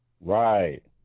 Right